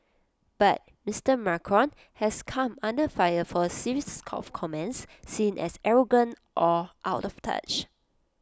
but Mister Macron has come under fire for A series of comments seen as arrogant or out of touch